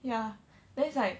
ya then it's like